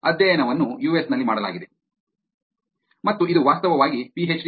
ಅಧ್ಯಯನವನ್ನು ಯುಎಸ್ ನಲ್ಲಿ ಮಾಡಲಾಗಿದೆ ಸಮಯವನ್ನು ಉಲ್ಲೇಖಿಸಿ 0119 ಮತ್ತು ಇದು ವಾಸ್ತವವಾಗಿ ಪಿಎಚ್ಡಿ Ph